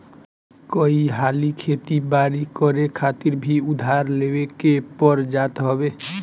कई हाली खेती बारी करे खातिर भी उधार लेवे के पड़ जात हवे